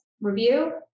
Review